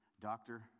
doctor